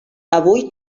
avui